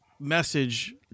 message